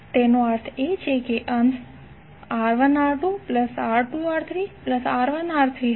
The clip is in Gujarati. તેનો અર્થ એ કે અંશ R1R2R2R3R1R3 હશે